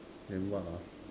then what ah